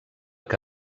que